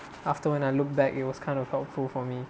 after when I look back it was kind of helpful for me